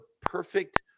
perfect